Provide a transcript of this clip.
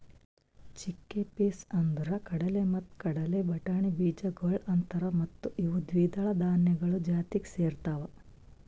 chickpeas ಅಂದುರ್ ಕಡಲೆ ಮತ್ತ ಕಡಲೆ ಬಟಾಣಿ ಬೀಜಗೊಳ್ ಅಂತಾರ್ ಮತ್ತ ಇವು ದ್ವಿದಳ ಧಾನ್ಯಗಳು ಜಾತಿಗ್ ಸೇರ್ತಾವ್